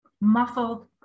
muffled